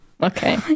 Okay